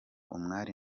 umwali